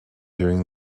during